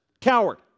Coward